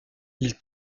ils